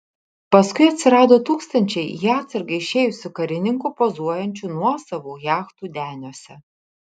paskui atsirado tūkstančiai į atsargą išėjusių karininkų pozuojančių nuosavų jachtų deniuose